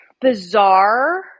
Bizarre